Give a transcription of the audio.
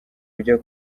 ujya